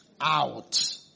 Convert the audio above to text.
out